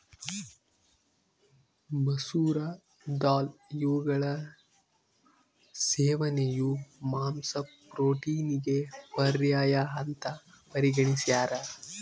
ಮಸೂರ ದಾಲ್ ಇವುಗಳ ಸೇವನೆಯು ಮಾಂಸ ಪ್ರೋಟೀನಿಗೆ ಪರ್ಯಾಯ ಅಂತ ಪರಿಗಣಿಸ್ಯಾರ